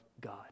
God